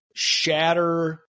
shatter